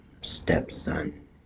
Stepson